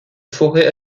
forêt